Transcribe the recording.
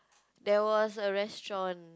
there was a restaurant